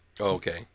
Okay